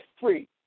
free